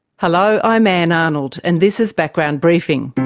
hello, i'm ann arnold, and this is background briefing.